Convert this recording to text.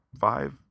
five